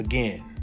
Again